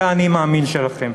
זה ה"אני מאמין" שלכם.